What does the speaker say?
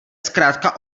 zkrátka